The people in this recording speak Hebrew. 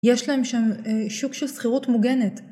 יש להם שם שוק של סחירות מוגנת